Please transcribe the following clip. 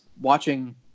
watching